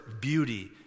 beauty